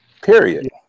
Period